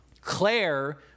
Claire